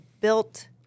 built –